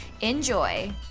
Enjoy